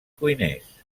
cuiners